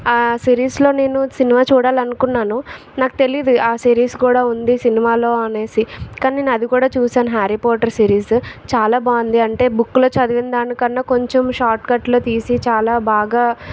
ఆ సిరీస్లో నేను సినిమా చూడాలనుకున్నాను నాకు తెలియదు ఆ సిరీస్ కూడా ఉంది సినిమాలో అనేసి కానీ నేను అది కూడా చూశాను హ్యారి పాటర్ సిరీసు చాలా బాగుంది అంటే బుక్కులో చదివిన దానికన్నా కొంచెం షార్ట్కట్లో తీసి చాలా బాగా